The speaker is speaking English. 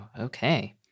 okay